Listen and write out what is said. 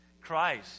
Christ